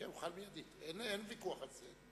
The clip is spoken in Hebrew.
כן, הוא חל מייד, אין ויכוח על זה.